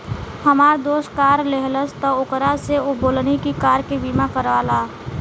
हामार दोस्त कार लेहलस त ओकरा से बोलनी की कार के बीमा करवा ले